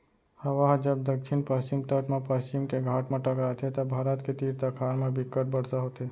हवा ह जब दक्छिन पस्चिम तट म पस्चिम के घाट म टकराथे त भारत के तीर तखार म बिक्कट बरसा होथे